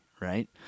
Right